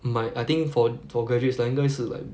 my I think for for graduates like 应该是 like